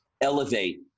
elevate